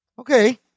Okay